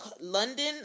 london